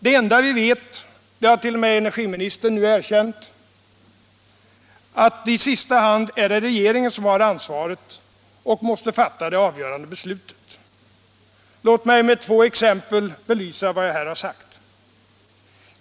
Det enda vi vet är —- detta har t.o.m. energiministern nu erkänt — att det i sista hand är regeringen som har ansvaret och måste fatta det avgörande beslutet. Låt mig med två exempel belysa vad jag här har sagt.